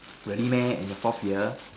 really meh and the fourth year